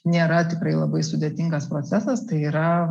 nėra tikrai labai sudėtingas procesas tai yra